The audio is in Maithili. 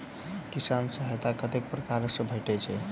किसान सहायता कतेक पारकर सऽ भेटय छै?